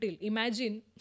Imagine